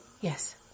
Yes